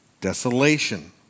desolation